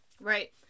Right